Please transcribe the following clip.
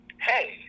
hey